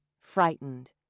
frightened